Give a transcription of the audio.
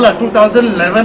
2011